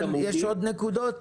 יש עוד נקודות?